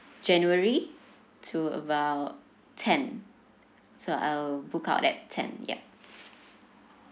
january to about ten so I'll book out at ten yup